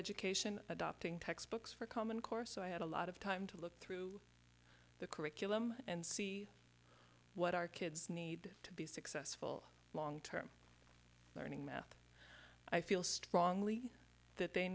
education adopting textbooks for common core so i had a lot of time to look through the curriculum and see what our kids need to be successful long term learning math i feel strongly that they